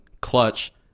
Clutch